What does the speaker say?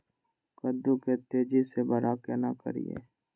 कद्दू के तेजी से बड़ा केना करिए?